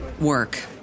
work